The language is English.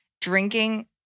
drinking